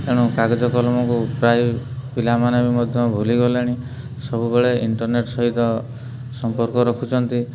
ତେଣୁ କାଗଜ କଲମକୁ ପ୍ରାୟ ପିଲାମାନେ ବି ମଧ୍ୟ ଭୁଲିଗଲେଣି ସବୁବେଳେ ଇଣ୍ଟର୍ନେଟ୍ ସହିତ ସମ୍ପର୍କ ରଖୁଛନ୍ତି